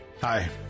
Hi